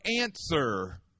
answer